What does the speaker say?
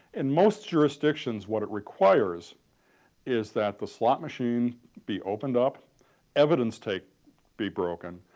in most jurisdictions what it requires is that the slot machine be opened up evidence tape be broken,